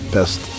Best